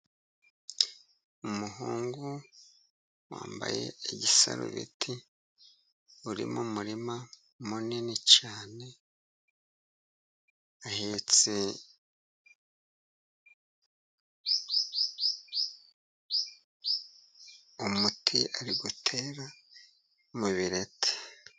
Umuhungu wambaye igisarurbeti, uri mu murima munini cyane, ahetse umuti ari gutera mu bireti.